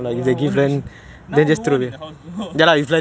no lah won't already now no one in the house also